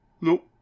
Nope